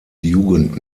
jugend